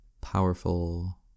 Powerful